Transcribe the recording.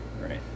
right